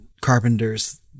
Carpenter's